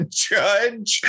judge